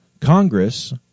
Congress